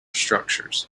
structures